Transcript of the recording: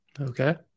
Okay